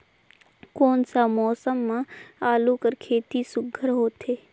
कोन सा मौसम म आलू कर खेती सुघ्घर होथे?